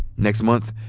next month,